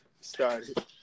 started